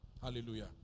Hallelujah